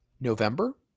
November